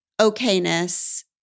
okayness